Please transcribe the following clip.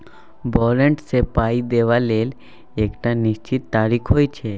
बारंट सँ पाइ देबा लेल एकटा निश्चित तारीख होइ छै